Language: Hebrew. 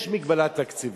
יש מגבלה תקציבית,